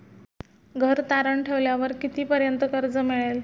घर तारण ठेवल्यावर कितीपर्यंत कर्ज मिळेल?